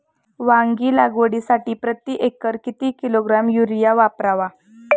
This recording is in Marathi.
वांगी लागवडीसाठी प्रती एकर किती किलोग्रॅम युरिया वापरावा?